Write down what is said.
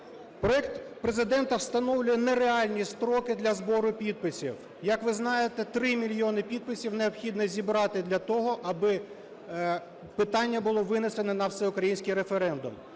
Проект Президента встановлює нереальні строки для збору підписів. Як ви знаєте, 3 мільйони підписів необхідно зібрати для того, аби питання було винесено на всеукраїнський референдум.